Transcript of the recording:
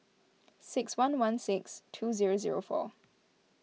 six one one six two zero zero four